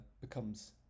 becomes